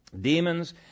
demons